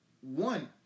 one